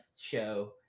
show